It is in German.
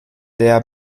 der